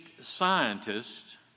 scientist